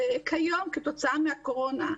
כיום כתוצאה מן הקורונה,